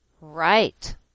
Right